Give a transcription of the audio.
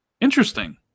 Interesting